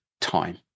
time